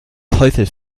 teufel